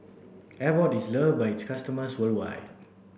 Abbott is loved by its customers worldwide